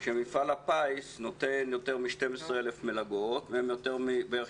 שמפעל הפיס נותן יותר מ-12,000 מלגות ובערך